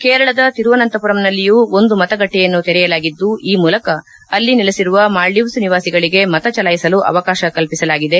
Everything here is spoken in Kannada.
ಕೇರಳದ ತಿರುವನಂತಮರಂನಲ್ಲಿಯೂ ಒಂದು ಮತಗಟ್ಟೆಯನ್ನು ತೆರೆಯಲಾಗಿದ್ದು ಈ ಮೂಲಕ ಅಲ್ಲಿ ನೆಲೆಸಿರುವ ಮಾಲ್ಡೀವ್ಗ ನಿವಾಸಿಗಳಿಗೆ ಮತ ಚಲಾಯಿಸಲು ಅವಕಾಶ ಕಲ್ಪಸಲಾಗಿದೆ